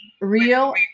real